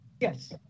Yes